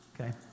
Okay